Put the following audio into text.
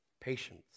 patience